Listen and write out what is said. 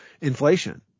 inflation